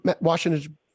Washington